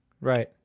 Right